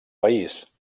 país